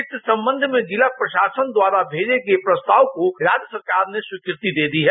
इस संबंध में जिला प्रशासन द्वारा भेजे गये प्रस्ताव को राज्य सरकार ने स्वीकृति दे दी है